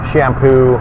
shampoo